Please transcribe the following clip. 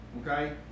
okay